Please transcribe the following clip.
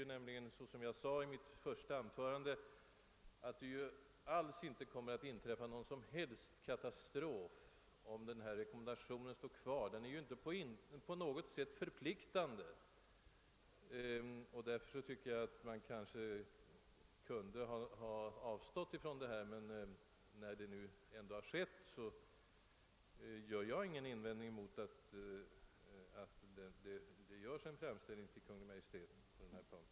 Jag anser nämligen, som jag sade i mitt första anförande, att det inte alls kommer att inträffa någon katastrof, om denna rekommendation står kvar. Den är ju inte på något sätt förpliktande, och därför tycker jag att man nu kunde ha avstått från att föreslå att den skall slopas. Men när detta ändå har skett, gör i varje fall inte jag någon invändning mot att det riktas en framställning till Kungl. Maj:t i denna fråga.